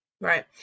Right